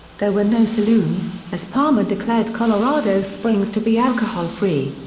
there were no saloons, as palmer declared colorado springs to be alcohol-free.